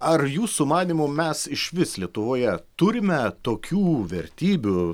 ar jūsų manymu mes išvis lietuvoje turime tokių vertybių